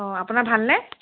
অ' আপোনাৰ ভালনে